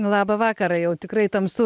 labą vakarą jau tikrai tamsu